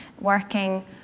working